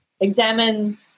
examine